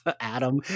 Adam